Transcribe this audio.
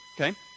okay